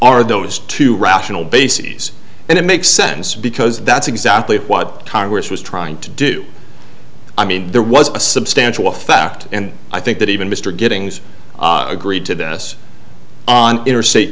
are those two rational bases and it makes sense because that's exactly what congress was trying to do i mean there was a substantial effect and i think that even mr giddings agreed to this on interstate